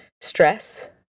stress